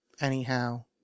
Anyhow